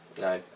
No